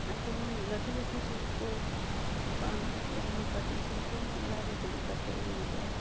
ᱟᱨ ᱡᱮᱢᱚᱱ ᱞᱟᱹᱴᱩ ᱞᱟᱹᱴᱩ ᱥᱤᱞᱯᱚ ᱵᱟᱝ ᱠᱟᱛᱮ ᱨᱮᱦᱚ ᱠᱟᱹᱴᱤᱡ ᱥᱤᱞᱯᱚ ᱦᱚ ᱚᱲᱟᱜ ᱨᱮ ᱫᱩᱲᱩᱵ ᱠᱟᱛᱮ ᱦᱩᱭᱩᱼᱟ